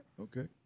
okay